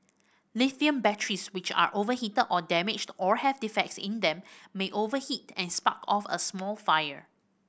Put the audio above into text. lithium batteries which are overheated or damaged or have defects in them may overheat and spark off a small fire